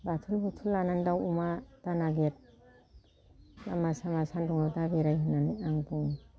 बाथुल बुथुल लानानै दाव अमा दानागिर लामा सामा सानदुङाव दा बेराय होननानै आं बुङो